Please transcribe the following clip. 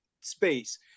space